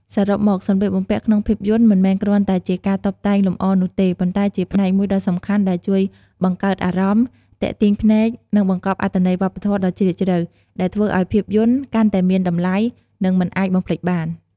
សរុបមក សម្លៀកបំពាក់ក្នុងភាពយន្តមិនមែនគ្រាន់តែជាការតុបតែងលម្អនោះទេ ប៉ុន្តែជាផ្នែកមួយដ៏សំខាន់ដែលជួយបង្កើតអារម្មណ៍ ទាក់ទាញភ្នែក និងបង្កប់អត្ថន័យវប្បធម៌ដ៏ជ្រាលជ្រៅ ដែលធ្វើឱ្យភាពយន្តកាន់តែមានតម្លៃ និងមិនអាចបំភ្លេចបាន ។